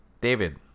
David